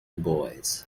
boys